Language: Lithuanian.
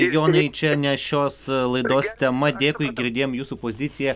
jonai čia ne šios laidos tema dėkui girdėjom jūsų poziciją